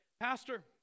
Pastor